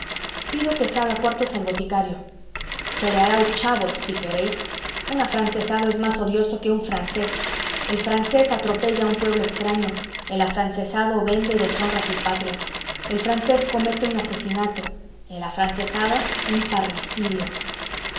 pido que se haga cuartos al boticario se le hará ochavos si queréis un afrancesado es más odioso que un francés el francés atropella a un pueblo extraño el afrancesado vende y deshonra a su patria el francés comete un asesinato el afrancesado un parricidio